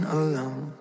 alone